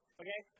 okay